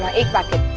ah a packet